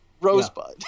Rosebud